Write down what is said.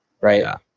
right